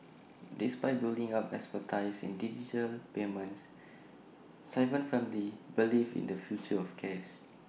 despite building up expertise in digital payments Sivan firmly believes in the future of cash